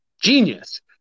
genius